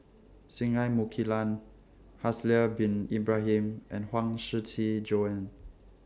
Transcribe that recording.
Singai Mukilan Haslir Bin Ibrahim and Huang Shiqi Joan